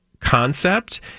Concept